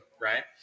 right